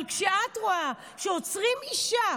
אבל כשאת רואה שעוצרים אישה,